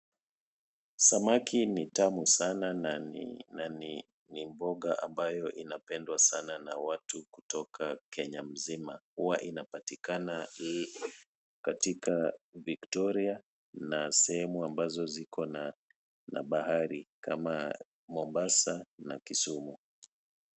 Samaki ni tamu sana na ni mboga ambayo inapendwa sana na watu kutoka Kenya mzima. Huwa inapatikana katika Victoria na sehemu ambazo ziko na bahari kama Mombasa na Kisumu.